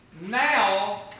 now